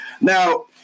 Now